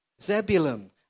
Zebulun